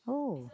oh